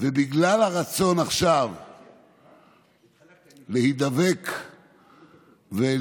ובגלל הרצון עכשיו להידבק ולשלוט,